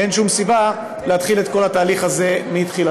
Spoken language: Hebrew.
אין שום סיבה להתחיל את כל התהליך הזה מתחילתו.